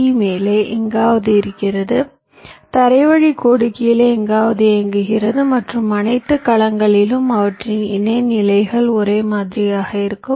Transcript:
D மேலே எங்காவது இயங்குகிறது தரைவழி கோடு கீழே எங்காவது இயங்குகிறது மற்றும் அனைத்து கலங்களிலும் அவற்றின் இணை நிலைகள் ஒரே மாதிரியாக இருக்கும்